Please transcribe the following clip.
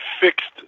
fixed